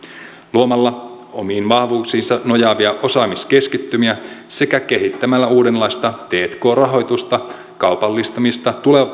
luomalla omiin vahvuuksiinsa nojaavia osaamiskeskittymiä sekä kehittämällä uudenlaista tk rahoitusta kaupallistamista